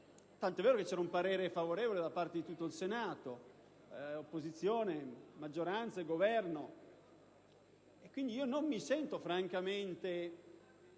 tant'è vero che c'era un parere favorevole da parte di tutto il Senato, opposizione, maggioranza e Governo. Pertanto, non mi sento francamente